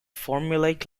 formulaic